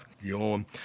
Yawn